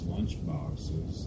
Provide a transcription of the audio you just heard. Lunchboxes